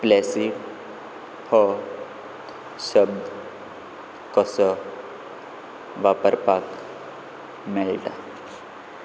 प्लॅसी हो शब्द कसो वापरपाक मेळटा